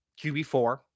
QB4